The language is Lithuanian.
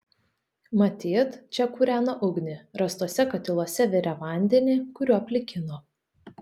matyt čia kūreno ugnį rastuose katiluose virė vandenį kuriuo plikino